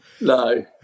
No